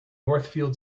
northfield